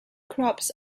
crops